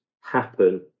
happen